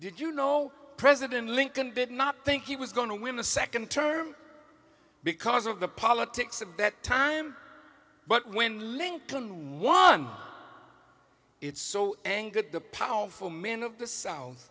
did you know president lincoln did not think he was going to win a second term because of the politics of that time but when lincoln won it so angered the powerful men of the south